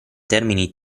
termini